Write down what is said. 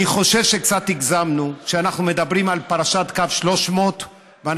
אני חושב שקצת הגזמנו כשאנחנו מדברים על פרשת קו 300 ואנחנו